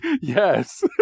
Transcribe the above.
Yes